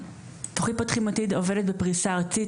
תוכנית "פותחים עתיד" עובדת בפריסה ארצית,